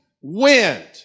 wind